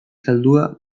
zaldua